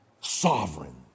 sovereign